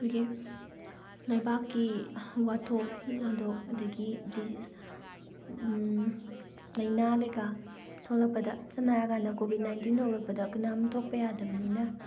ꯑꯩꯈꯣꯏꯒꯤ ꯂꯩꯕꯥꯛꯀꯤ ꯋꯥꯊꯣꯛ ꯂꯥꯟꯊꯣꯛ ꯑꯗꯒꯤ ꯗꯤꯖꯤꯁ ꯂꯥꯏꯅꯥ ꯀꯩꯀꯥ ꯊꯣꯛꯂꯛꯄꯗ ꯁꯝꯅ ꯍꯥꯏꯔꯀꯥꯟꯗ ꯀꯣꯚꯤꯠ ꯅꯥꯏꯟꯇꯤꯟ ꯊꯣꯛꯂꯛꯄꯗ ꯀꯅꯥꯝꯇ ꯊꯣꯛꯄ ꯌꯥꯗꯕꯅꯤꯅ